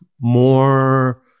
more